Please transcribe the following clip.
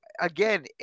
again